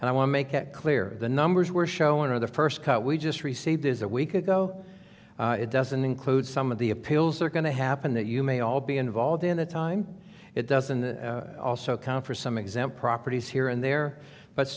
and i want to make it clear the numbers we're showing are the first cut we just received is a week ago it doesn't include some of the appeals are going to happen that you may all be involved in the time it doesn't also come for some exam properties here and there but